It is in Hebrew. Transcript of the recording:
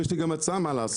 ויש לי גם הצעה מה לעשות,